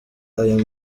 ayo